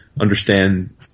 understand